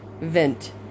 vent